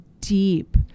deep